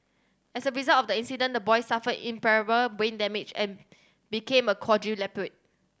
as a result of the accident the boy suffered irreparable brain damage and became a quadriplegic